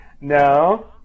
No